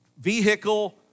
vehicle